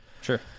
Sure